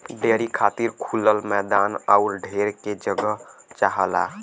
dairy खातिर खुलल मैदान आउर ढेर के जगह चाहला